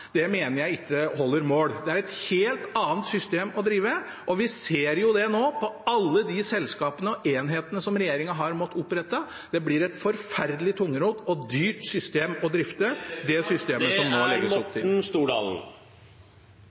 jernbanen mener jeg ikke holder mål. Det er et helt annet system å drive. Vi ser jo det nå, på alle de selskapene og enhetene som regjeringen har måttet opprette: Det blir et forferdelig tungrodd og dyrt system å drifte, det systemet